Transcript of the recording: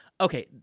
okay